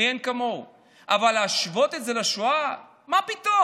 מאין כמוהו, אבל להשוות את זה לשואה, מה פתאום?